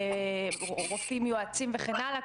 רופאים יועצים וכן הלאה.